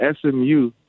SMU